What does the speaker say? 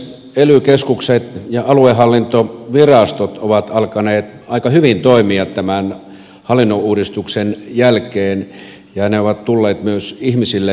ely keskukset ja aluehallintovirastot ovat alkaneet aika hyvin toimia tämän hallinnonuudistuksen jälkeen ja ne ovat tulleet myös ihmisille tutuiksi